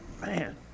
Man